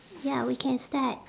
ya we can start